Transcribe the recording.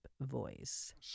voice